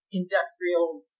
industrials